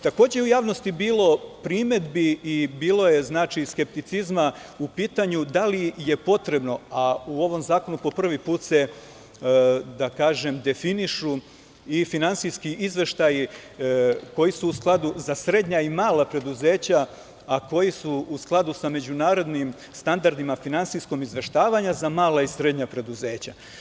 Takođe je u javnosti bilo primedbi i bilo je skepticizma po pitanju da li je potrebno, a u ovom zakonu po prvi put se definišu i finansijski izveštaji koji su u skladu za srednja i mala preduzeća, a koji su u skladu sa međunarodnim standardima finansijskog izveštavanja za mala i srednja preduzeća.